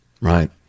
Right